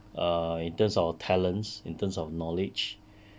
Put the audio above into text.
uh in terms of talents in terms of knowledge